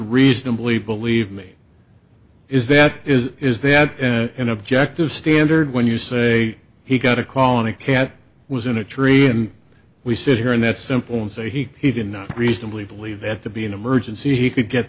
reasonably believe me is that is is that an objective standard when you say he got a call on a cat was in a tree and we sit here and that simple and say he did not reasonably believe at to be an emergency he could get